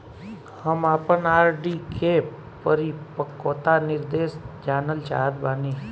हम आपन आर.डी के परिपक्वता निर्देश जानल चाहत बानी